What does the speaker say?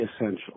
essential